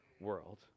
world